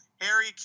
Harry